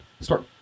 start